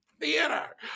theater